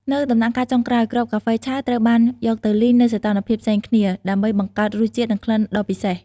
នៅដំណាក់កាលចុងក្រោយ គ្រាប់កាហ្វេឆៅត្រូវបានយកទៅលីង នៅសីតុណ្ហភាពផ្សេងគ្នា ដើម្បីបង្កើតរសជាតិ និងក្លិនដ៏ពិសេស។